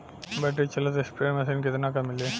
Battery चलत sprayer machine कितना क मिली?